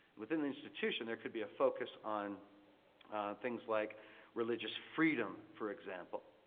within the institution, there could be a focus on things like religious freedom, for example.